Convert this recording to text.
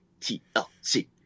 TLC